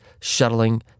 shuttling